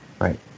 Right